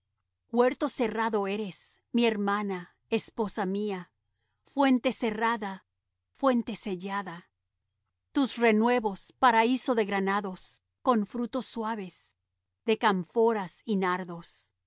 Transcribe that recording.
huerto cerrado eres mi hermana esposa mía fuente cerrada fuente sellada tus renuevos paraíso de granados con frutos suaves de cámphoras y nardos